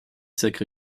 sacré